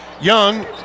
Young